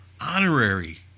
honorary